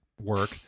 work